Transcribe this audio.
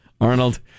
Arnold